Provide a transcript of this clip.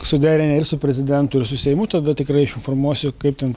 suderinę ir su prezidentu ir su seimu tada tikrai aš informuosiu kaip ten